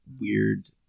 weird